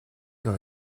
dans